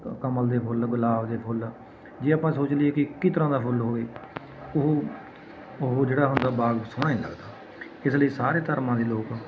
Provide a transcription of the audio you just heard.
ਕਮਲ ਦੇ ਫੁੱਲ ਗੁਲਾਬ ਦੇ ਫੁੱਲ ਜੇ ਆਪਾਂ ਸੋਚ ਲਈਏ ਕਿ ਇੱਕ ਹੀ ਤਰ੍ਹਾਂ ਦਾ ਫੁੱਲ ਹੋਵੇ ਉਹ ਉਹ ਜਿਹੜਾ ਹੁੰਦਾ ਬਾਗ ਸੋਹਣਾ ਨਹੀਂ ਲੱਗਦਾ ਇਸ ਲਈ ਸਾਰੇ ਧਰਮਾਂ ਦੇ ਲੋਕ